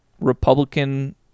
Republican